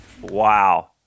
Wow